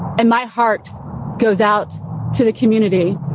and my heart goes out to the community.